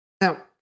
Now